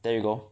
there you go